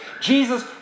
Jesus